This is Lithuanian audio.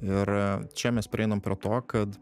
ir čia mes prieinam prie to kad